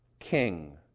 king